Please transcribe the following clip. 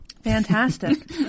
Fantastic